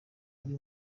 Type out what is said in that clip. ari